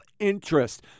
interest